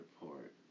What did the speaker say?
Report